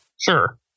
Sure